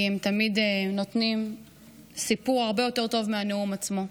כי הם תמיד נותנים סיפור הרבה יותר טוב מהנאום עצמו.